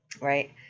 right